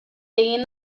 egin